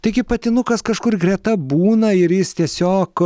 taigi patinukas kažkur greta būna ir jis tiesiog